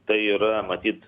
tai yra matyt